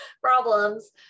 problems